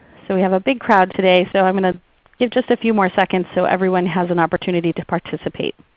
so we have a big crowd today so i'm going to give just a few more seconds so everyone has an opportunity to participate.